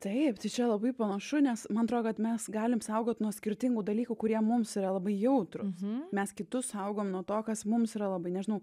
taip tai čia labai panašu nes man atrodo kad mes galim saugot nuo skirtingų dalykų kurie mums yra labai jautrūs mes kitus saugom nuo to kas mums yra labai nežinau